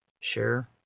share